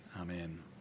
Amen